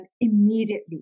immediately